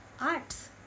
arts